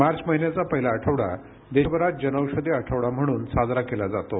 मार्च महिन्याचा पहिला आठवडा देशभरात जनौषधी आठवडा म्हणून साजरा केला जातो